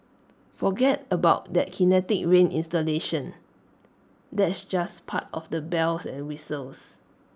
forget about that kinetic rain installation that's just part of the bells and whistles